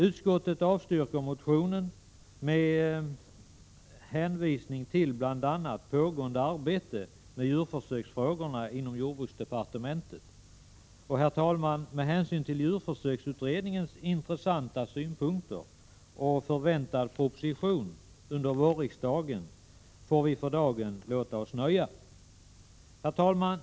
Utskottet avstyrker motionen med hänvisning till bl.a. pågående arbete med djurförsöksfrågorna inom jordbruksdepartementet. Med djurförsöksutredningens intressanta synpunkter och den proposition som väntas under våren får vi för dagen låta oss nöja. Herr talman!